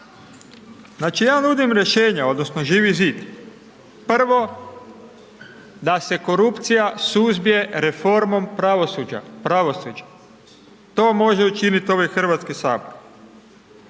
Znači, ja nudim rješenja, odnosno Živi zid, prvo da se korupcija suzbije reformom pravosuđa. Pravosuđa. To može učiniti ovaj HS.